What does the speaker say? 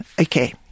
okay